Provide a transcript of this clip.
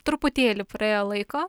truputėlį praėjo laiko